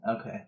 Okay